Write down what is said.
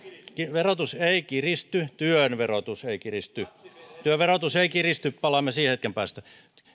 verotus ei kiristy työn verotus ei kiristy työn verotus ei kiristy palaamme siihen hetken päästä